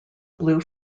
blue